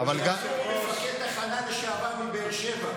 התייעצו עם מפקד תחנה לשעבר בבאר שבע.